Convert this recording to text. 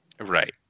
Right